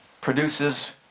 Produces